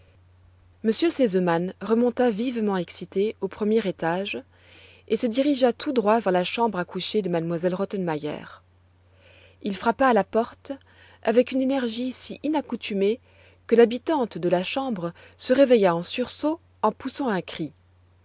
r sesemann remonta vivement excité au premier étage et se dirigea tout droit vers la chambre à coucher de m elle rottenmeier il frappa à la porte avec une énergie si inaccoutumée que l'habitante de la chambre se réveilla en sursaut en poussant un cri